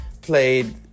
played